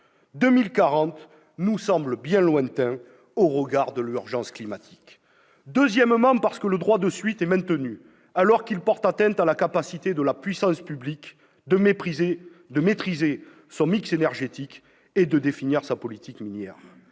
2040 nous semble bien lointain au regard de l'urgence climatique. Ensuite, parce que le droit de suite est maintenu, alors qu'il porte atteinte à la capacité de la puissance publique de maîtriser son mix énergétique et de définir sa politique minière.